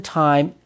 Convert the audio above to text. time